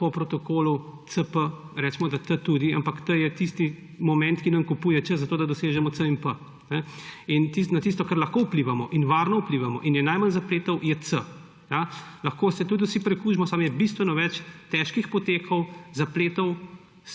po protokolu CP, recimo, da T tudi, ampak T je tisti moment, ki nam kupuje čas, zato da dosežemo C in P. In na tisto, na kar lahko vplivamo in varno vplivamo in je najmanj zapletov, je C. Lahko se tudi vsi prekužimo, samo je bistveno več težkih potekov, zapletov